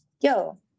Yo